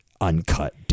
uncut